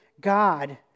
God